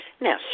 Now